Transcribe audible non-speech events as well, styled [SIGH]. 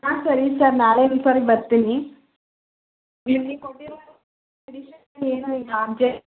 ಹಾಂ ಸರಿ ಸರ್ ನಾಳೆ ಇನ್ನೊಂದು ಸರಿ ಬರ್ತೀನಿ ನೀವು ಈಗ ಕೊಟ್ಟಿರೋ ಮೆಡಿಶನಲ್ಲಿ ಏನು [UNINTELLIGIBLE]